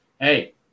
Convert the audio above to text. hey